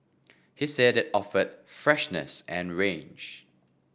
he said it offered freshness and range